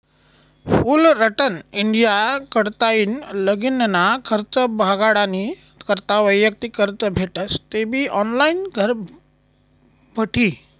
Fullerton India कडताईन लगीनना खर्च भागाडानी करता वैयक्तिक कर्ज भेटस तेबी ऑनलाईन घरबठी